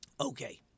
Okay